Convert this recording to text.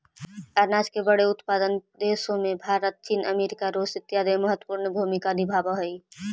अनाज के बड़े उत्पादक देशों में भारत चीन अमेरिका रूस इत्यादि महत्वपूर्ण भूमिका निभावअ हई